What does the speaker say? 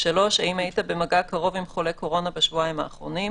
(3)האם היית במגע קרוב עם חולה קורונה בשבועיים האחרונים?